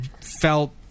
felt